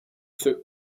zur